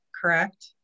correct